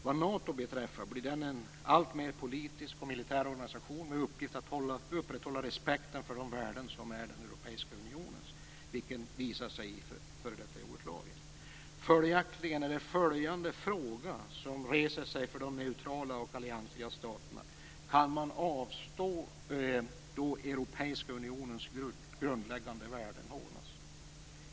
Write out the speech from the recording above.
Vad Nato beträffar, blir den alltmer en politisk och militär organisation med uppgift att upprätthålla respekten för de värden som även är Europeiska unionens, vilket den dagligen visar i f.d. Jugoslavien. Följaktligen är det följande fråga som reser sig för de neutrala och alliansfria staterna: kan man avstå då Europeiska unionens grundläggande värden hånas?